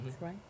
right